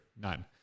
None